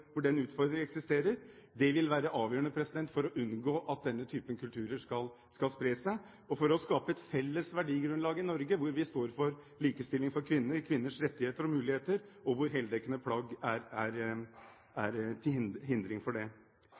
hvor den utfordringen eksisterer, vil være avgjørende for å unngå at denne typen kulturer skal spre seg, og for å skape et felles verdigrunnlag i Norge, hvor vi står for likestilling for kvinner, kvinners rettigheter og muligheter, og hvor heldekkende plagg er til hinder for det. Fremskrittspartiet er